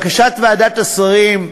לבקשת ועדת השרים,